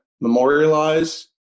memorialize